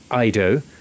Ido